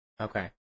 Okay